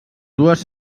dues